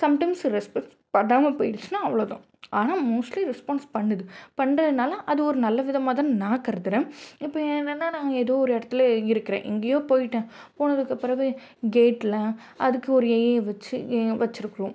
some times respect பண்ணாமல் போயிடுச்சின்னால் அவ்வளோ தான் ஆனால் மோஸ்ட்லி ரெஸ்பான்ஸ் பண்ணுது பண்ணுறதுனால அது ஒரு நல்ல விதமாக தான் நான் கருதுகிறேன் இப்போ என்னன்னா நான் ஏதோ ஒரு இடத்துல இருக்கிறேன் எங்கேயோ போய்ட்டேன் போனதுக்கு பிறவு கேட்டில் அதுக்கு ஒரு ஏஐ வச்சு ஏ வச்சிருக்கிறோம்